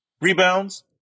Rebounds